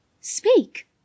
speak